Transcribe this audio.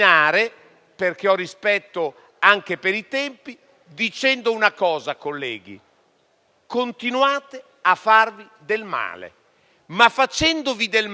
perché ho rispetto anche dei tempi, dicendo una cosa, colleghi: continuate a farvi del male. Ma facendovi del male,